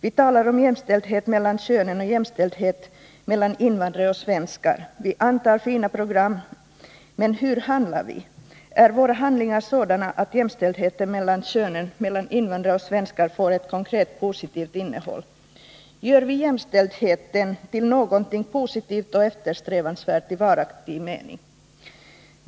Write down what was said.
Vi talar om jämställdhet mellan könen och om jämställdhet mellan invandrare och svenskar. Vi antar fina program. Men hur handlar vi? Är våra handlingar sådana att jämställdheten mellan könen samt mellan invandrare och svenskar får ett konkret, positivt innehåll? Gör vi jämställdheten till någonting positivt och eftersträvansvärt i varaktig mening?